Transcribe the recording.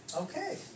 Okay